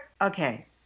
Okay